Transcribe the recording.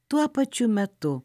tuo pačiu metu